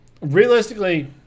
realistically